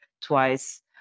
twice